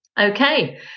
Okay